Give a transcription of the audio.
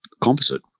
composite